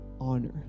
honor